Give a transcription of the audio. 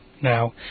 Now